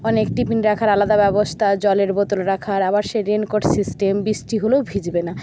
অনেক টিফিন রাখার আলাদা ব্যবস্থা জলের বোতল রাখার আবার সেই রেন কোট সিস্টেম বৃষ্টি হলেও ভিজবে না